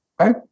Okay